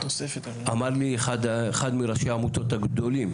אמר לי אחד מראשי העמותות הגדולות,